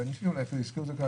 ואפילו הזכירו את זה.